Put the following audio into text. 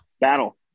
battle